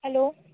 hello